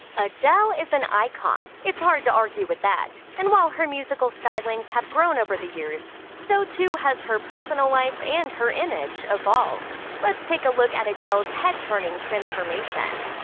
adele is an icon it's hard to argue with that. and while her musical stylings have grown over the years, so too has her personal life and her image evolved. let's take a look at adele's head-turning transformation.